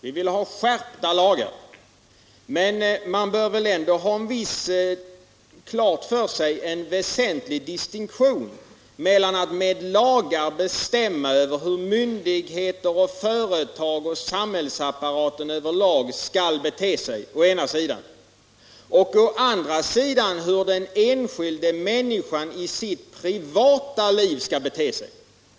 Vi vill ha skärpta lagar. Men man bör väl ändå ha klart för sig att det är en väsentlig distinktion mellan att med lagar bestämma över hur å ena sidan myndigheter och företag och samhällsapparaten över lag skall bete sig och å andra sidan hur den enskilda människan i sitt privata liv skall bete sig.